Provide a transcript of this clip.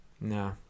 No